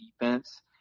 defense